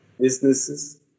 businesses